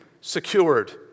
secured